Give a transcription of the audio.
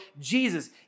Jesus